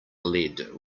lead